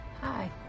Hi